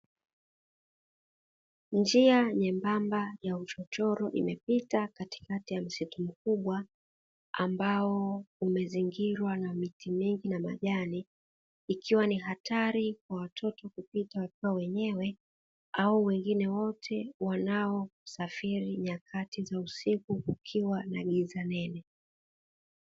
Njia nyembamba ya uchochoro imepita katikati ya msitu mkubwa, ambao umezingirwa na miti mingi na majani, ikiwa ni hatari kwa watoto kupita wakiwa wenyewe au wengine wote wanaosafiri nyakati za usiku kukiwa na giza nene.